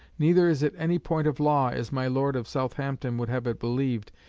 neither is it any point of law, as my lord of southampton would have it believed,